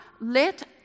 let